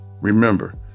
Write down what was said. remember